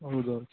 ಹೌದೌದು